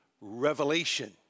revelation